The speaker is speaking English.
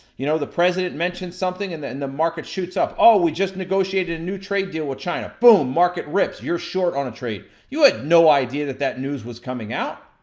you know the president mentions something and and the market shoots up, oh, we just negotiated a new trade deal with china. boom, market risk. you're short on a trade. you had no idea that that news was coming out,